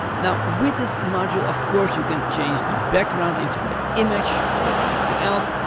now with this module, of course, you can change the background into an image or anything else.